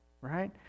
right